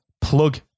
plug